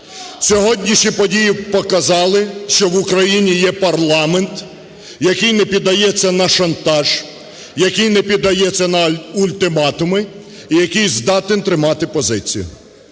Сьогоднішні події показали, що в Україні є парламент, який не піддається на шантаж, який не піддається на ультиматуми і який здатен тримати позицію.